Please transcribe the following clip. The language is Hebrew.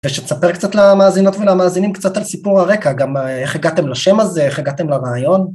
ושתספר קצת למאזינות ולמאזינים קצת על סיפור הרקע, גם איך הגעתם לשם הזה, איך הגעתם לרעיון.